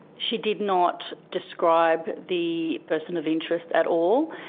she did not describe the person of interest at all,